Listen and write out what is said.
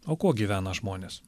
o kuo gyvena žmonės